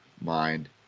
mind